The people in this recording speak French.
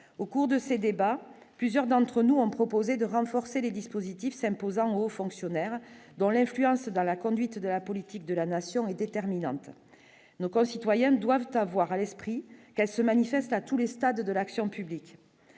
au cours de ces débats, plusieurs d'entre nous ont proposé de renforcer les dispositifs s'imposant aux fonctionnaires dont l'influence dans la conduite de la politique de la nation est déterminante, nos concitoyens doivent avoir à l'esprit qu'elle se manifeste à tous les stades de l'action publique